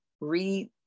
read